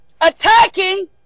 attacking